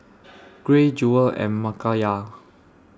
Gray Jewel and Makayla